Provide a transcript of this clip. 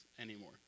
anymore